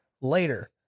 later